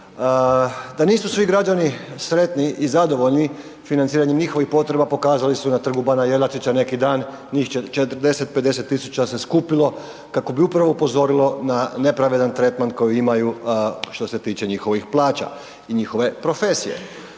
Da nisu svi građani sretni i zadovoljni financiranjem njihovih potreba pokazali su na Trgu bana Jelačića neki dan, njih 40, 50.000 se skupilo kako bi upravo upozorilo na nepravedan tretman koji imaju što se tiče njihovih plaća i njihove profesije.